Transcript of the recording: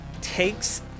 takes